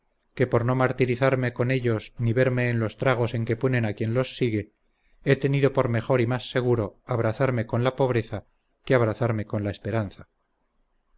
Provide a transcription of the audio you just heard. que por no martirizarme con ellos ni verme en los tragos en que ponen a quien los sigue he tenido por mejor y más seguro abrazarme con la pobreza que abrazarme con la esperanza